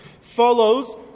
follows